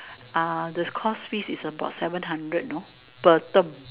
the course fee is about seven hundred you know per term